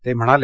ते म्हणाले